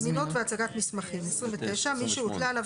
זמינות והצגת מסמכים 29. (א)מי שהוטלה עליו